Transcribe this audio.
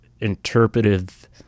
interpretive